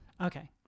okay